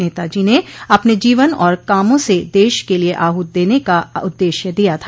नेताजी ने अपने जीवन और कामों से देश के लिये आहूत देने का उद्देश्य दिया था